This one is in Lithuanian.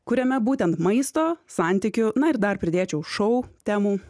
kuriame būtent maisto santykių na ir dar pridėčiau šou temų